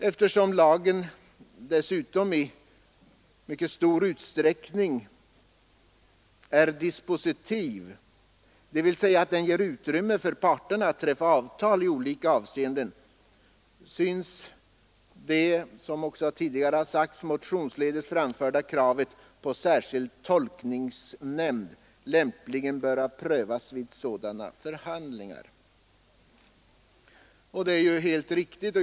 Eftersom lagen i så stor utsträckning är dispositiv, dvs. ger utrymme för parterna att träffa avtal i olika avseenden, synes det motionsledes framförda kravet på en särskild tolkningsnämnd lämpligen böra prövas vid sådana förhandlingar.